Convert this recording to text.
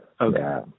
Okay